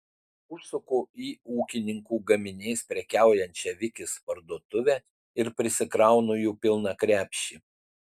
užsuku į ūkininkų gaminiais prekiaujančią vikis parduotuvę ir prisikraunu jų pilną krepšį